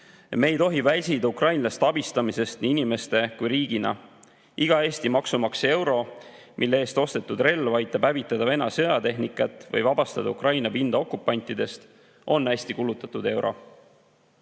Me ei tohi väsida ukrainlaste abistamisest nii inimeste kui ka riigina. Iga Eesti maksumaksja euro, mille eest ostetud relv aitab hävitada Vene sõjatehnikat ja vabastada Ukraina pinda okupantidest, on hästi kulutatud